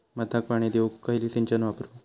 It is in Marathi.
भाताक पाणी देऊक खयली सिंचन वापरू?